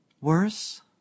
Worse